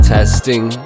Testing